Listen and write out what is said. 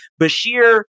Bashir